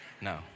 No